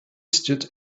stood